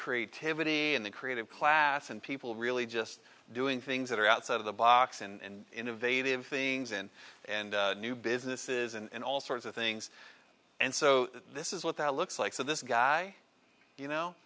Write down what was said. creativity and the creative class and people really just doing things that are outside of the box and innovative things in and new businesses and all sorts of things and so this is what that looks like so this guy you know